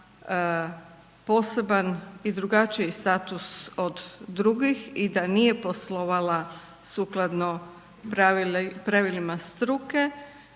poseban i drugačiji status od drugih i da nije poslovala sukladno pravilima struke,